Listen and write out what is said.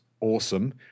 awesome